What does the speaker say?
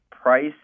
price